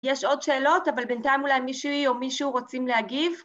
יש עוד שאלות, אבל בינתיים אולי מישהי או מישהו רוצים להגיב